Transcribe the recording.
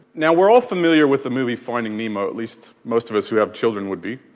now we're all familiar with the movie finding nemo, at least most of us who have children would be,